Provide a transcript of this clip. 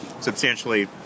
substantially